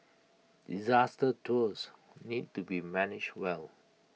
disaster tours need to be managed well